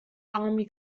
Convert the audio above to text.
army